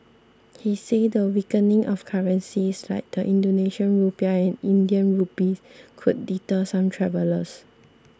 he said the weakening of currencies like the Indonesian Rupiah and Indian Rupee could deter some travellers